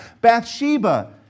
Bathsheba